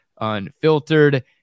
Unfiltered